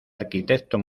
arquitecto